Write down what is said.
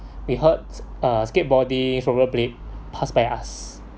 we heard uh skateboarding rollerblade passed by us